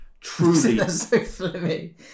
truly